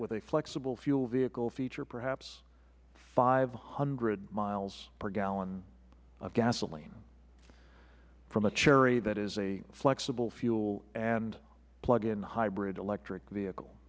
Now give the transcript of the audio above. a flexible fuel vehicle feature perhaps five hundred miles per gallon of gasoline from a chery that is a flexible fuel and plug in hybrid electric vehicle